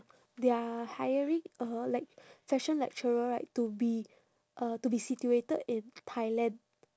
they are hiring a like fashion lecturer right to be uh to be situated in thailand